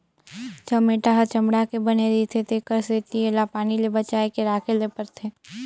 चमेटा ह चमड़ा के बने रिथे तेखर सेती एला पानी ले बचाए के राखे ले परथे